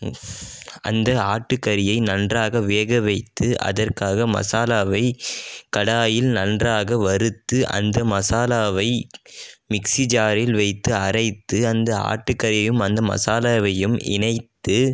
அந்த ஆட்டுக்கறியை நன்றாக வேக வைத்து அதற்காக மசாலாவை கடாயில் நன்றாக வறுத்து அந்த மசாலாவை மிக்சி ஜாரில் வைத்து அரைத்து அந்த ஆட்டு கறியையும் அந்த மசாலாவையும் இணைத்து